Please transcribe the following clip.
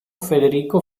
federico